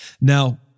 Now